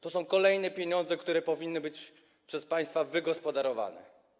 To są kolejne pieniądze, które powinny być przez państwa wygospodarowane.